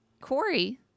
Corey